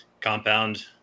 compound